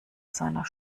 seiner